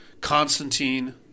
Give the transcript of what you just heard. Constantine